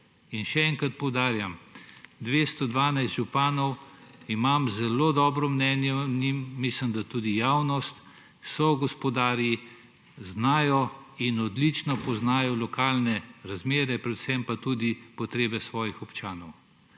In še enkrat poudarjam, 212 županov, imam zelo dobro o njih, mislim, da tudi javnost, so gospodarji, znajo in odlično poznajo lokalne razmere, predvsem pa tudi potrebe svojih občanov.